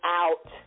out